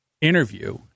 interview